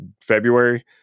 February